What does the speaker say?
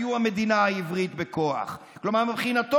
מארחים בכבוד ויקר טרוריסטים ורבי מרצחים.